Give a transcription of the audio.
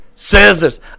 Scissors